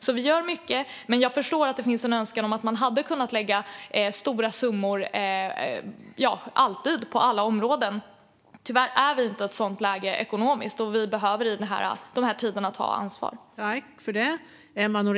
Vi gör alltså mycket, men jag förstår att man hade önskat att vi alltid kunde lägga stora summor på alla områden. Tyvärr är vi inte i ett sådant läge ekonomiskt, och i dessa tider behöver vi ta ansvar.